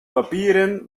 papieren